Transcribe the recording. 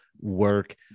work